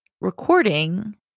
recording